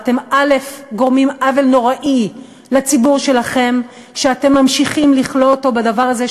אתם גורמים עוול נוראי לציבור שלכם כשאתם ממשיכים לכלוא אותו בדבר הזה,